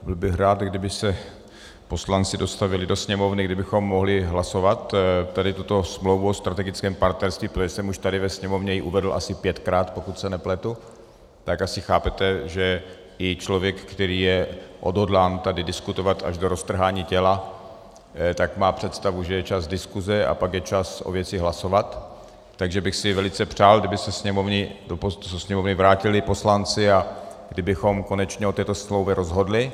Byl bych rád, kdyby se poslanci dostavili do sněmovny, abychom mohli hlasovat tuto smlouvu o strategickém partnerství, protože jsem ji už tady ve Sněmovně uvedl asi pětkrát, pokud se nepletu, tak asi chápete, že i člověk, který je odhodlán tady diskutovat až do roztrhání těla, tak má představu, že je čas diskuze a pak je čas o věci hlasovat, takže bych si velice přál, kdyby se do sněmovny vrátili poslanci a kdybychom konečně o této smlouvě rozhodli.